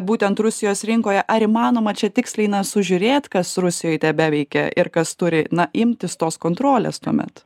būtent rusijos rinkoje ar įmanoma čia tiksliai na sužiūrėt kas rusijoj tebeveikia ir kas turi na imtis tos kontrolės tuomet